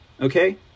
Okay